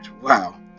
Wow